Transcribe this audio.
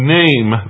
name